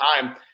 time